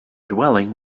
dwelling